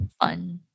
fun